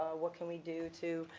what can we do to,